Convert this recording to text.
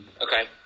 Okay